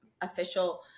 official